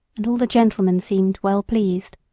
and all the gentlemen seemed well pleased.